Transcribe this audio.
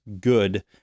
good